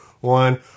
one